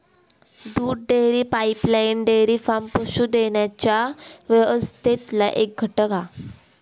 दूध देणारी pipeline dairy farm पशू देण्याच्या व्यवस्थेतला एक घटक हा